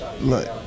Look